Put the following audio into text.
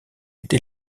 été